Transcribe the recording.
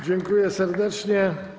Dziękuję serdecznie.